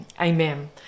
amen